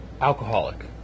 alcoholic